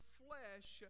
flesh